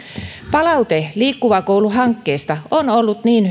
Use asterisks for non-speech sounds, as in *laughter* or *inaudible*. palaute liikkuva koulu hankkeesta on ollut niin *unintelligible*